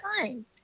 fine